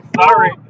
sorry